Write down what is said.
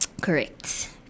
Correct